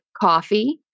coffee